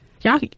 Y'all